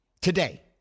Today